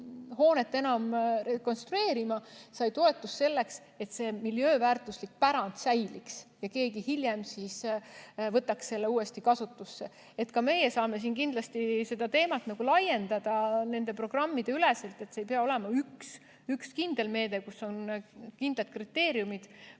hoonet enam rekonstrueerima, aga ta sai toetust selleks, et see miljööväärtuslik pärand säiliks ja hiljem keegi võtaks selle uuesti kasutusse. Ka meie saame siin kindlasti seda teemat laiendada nende programmide üleselt. See ei pea olema üks kindel meede, kus on kindlad kriteeriumid,